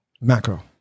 macro